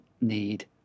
need